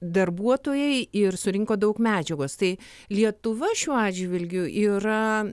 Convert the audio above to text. darbuotojai ir surinko daug medžiagos tai lietuva šiuo atžvilgiu yra